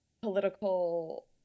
political